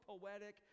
poetic